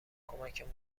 کمکمون